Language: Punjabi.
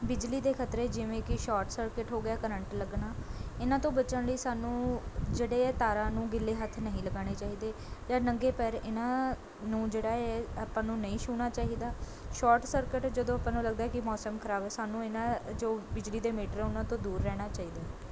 ਬਿਜਲੀ ਦੇ ਖ਼ਤਰੇ ਜਿਵੇਂ ਕਿ ਸ਼ੋਟ ਸਰਕਿਟ ਹੋ ਗਿਆ ਕਰੰਟ ਲੱਗਣਾ ਇਹਨਾਂ ਤੋਂ ਬੱਚਣ ਲਈ ਸਾਨੂੰ ਜਿਹੜੇ ਹੈ ਤਾਰਾਂ ਨੂੰ ਗਿੱਲੇ ਹੱਥ ਨਹੀਂ ਲਗਾਉਣੇ ਚਾਹੀਦੇ ਜਾਂ ਨੰਗੇ ਪੈਰ ਇਨ੍ਹਾਂ ਨੂੰ ਜਿਹੜਾ ਏ ਆਪਾਂ ਨੂੰ ਨਹੀਂ ਛੂਹਣਾ ਚਾਹੀਦਾ ਸ਼ੋਟ ਸਰਕਿਟ ਜਦੋਂ ਆਪਾਂ ਨੂੰ ਲੱਗਦਾ ਹੈ ਕਿ ਮੌਸਮ ਖ਼ਰਾਬ ਹੈ ਸਾਨੂੰ ਇਹਨਾਂ ਜੋ ਬਿਜਲੀ ਦੇ ਮੀਟਰ ਹੈ ਉਹਨਾਂ ਤੋਂ ਦੂਰ ਰਹਿਣਾ ਚਾਹੀਦਾ